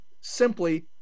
simply